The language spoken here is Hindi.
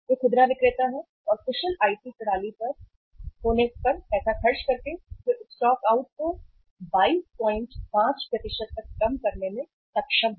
वे खुदरा विक्रेता हैं और कुशल आईटी प्रणाली होने पर पैसा खर्च करके वे स्टॉकआउट को 225 तक कम करने में सक्षम हैं